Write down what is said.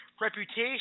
reputation